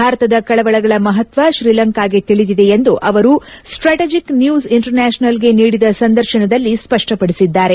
ಭಾರತದ ಕಳವಳಗಳ ಮಹತ್ವ ಶ್ರೀಲಂಕಾಗೆ ತಿಳಿದಿದೆ ಎಂದು ಅವರು ಸ್ವಾಟಜಿಕ್ ನ್ಯೂಸ್ ಇಂಟರ್ನ್ಯಾಷನಲ್ಗೆ ನೀಡಿದ ಸಂದರ್ಶನದಲ್ಲಿ ಸ್ಪಪ್ಟಪಡಿಸಿದ್ದಾರೆ